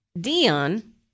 Dion